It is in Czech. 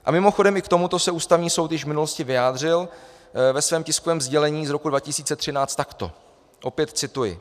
A mimochodem, i k tomuto se Ústavní soud již v minulosti vyjádřil ve svém tiskovém sdělení z roku 2013 takto opět cituji: